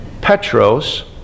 Petros